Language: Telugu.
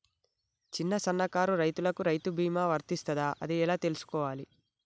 చిన్న సన్నకారు రైతులకు రైతు బీమా వర్తిస్తదా అది ఎలా తెలుసుకోవాలి?